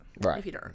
Right